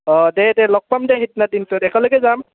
অঁ দে লগ পাম দে দে সেইদিনা দিনটোত একেলগে যাম